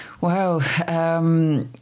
Wow